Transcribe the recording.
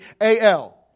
A-L